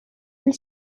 and